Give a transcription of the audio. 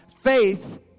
faith